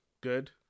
Good